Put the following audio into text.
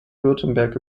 württemberg